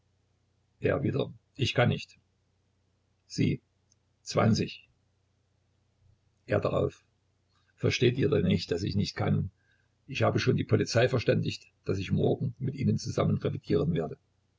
er wieder ich kann nicht sie zwanzig er darauf versteht ihr denn nicht daß ich nicht kann ich habe schon die polizei verständigt daß ich morgen mit ihr zusammen revidieren werde